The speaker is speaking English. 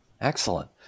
Excellent